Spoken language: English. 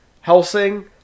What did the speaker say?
Helsing